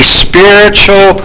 spiritual